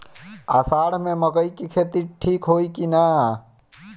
अषाढ़ मे मकई के खेती ठीक होई कि ना?